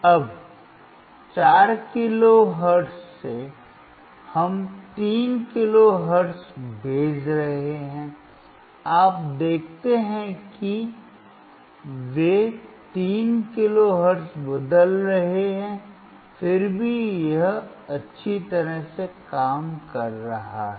अब 4 किलोहर्ट्ज़ से हम 3 किलो हर्ट्ज़ भेज रहे हैं आप देखते हैं कि वे 3 किलो हर्ट्ज़ बदल रहे हैं फिर भी यह अच्छी तरह से काम कर रहा है